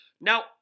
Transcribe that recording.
now